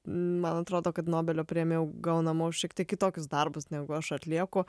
man atrodo kad nobelio premija jau gaunama už šiek tiek kitokius darbus negu aš atlieku